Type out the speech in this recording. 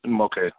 Okay